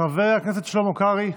חבר הכנסת שלמה קרעי.